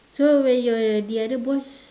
so where your the other boss